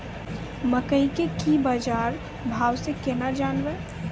मकई के की बाजार भाव से केना जानवे?